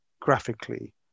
graphically